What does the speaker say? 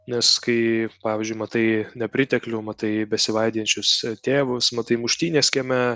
nes kai pavyzdžiui matai nepriteklių matai besivaidijančius tėvus matai muštynes kieme